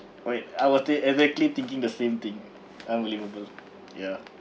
wait I was th~ exactly thinking the same thing unbelievable ya